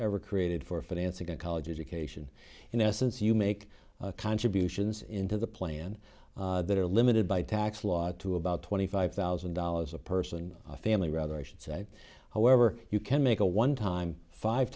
ever created for financing a college education in essence you make contributions into the plan that are limited by tax law to about twenty five thousand dollars a person a family rather i should say however you can make a one time five